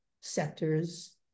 sectors